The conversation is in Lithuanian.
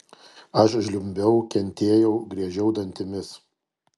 aš žliumbiau kentėjau griežiau dantimis